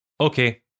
Okay